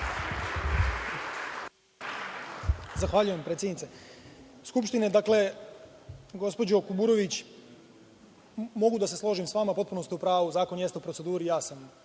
Zahvaljujem predsednice Skupštine. Dakle, gospođo Kuburović, mogu da se složim sa vama, potpuno ste u pravu, zakon jeste u proceduri, ja sam